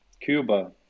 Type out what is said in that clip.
Cuba